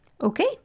Okay